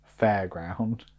fairground